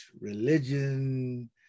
religion